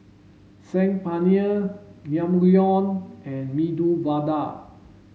Saag Paneer Naengmyeon and Medu Vada